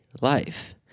life